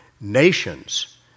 nations